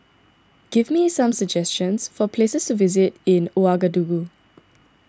give me some suggestions for places visit in Ouagadougou